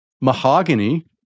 mahogany